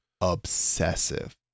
obsessive